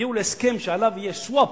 יגיעו להסכם על swap,